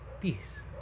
peace